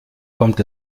kommt